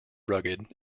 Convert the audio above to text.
rugged